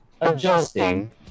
Adjusting